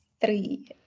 three